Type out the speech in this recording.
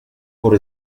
por